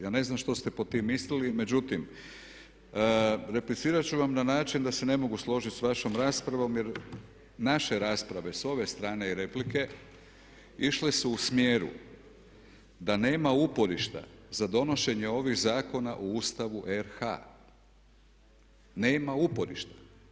Ja ne znam što ste pod tim mislili, međutim replicirat ću vam na način da se ne mogu složit sa vašom raspravom jer naše rasprave sa ove strane i replike išle su u smjeru da nema uporišta za donošenje ovih zakona u Ustavu RH, nema uporišta.